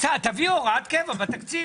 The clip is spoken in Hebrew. תביאו הוראת קבע בתקציב.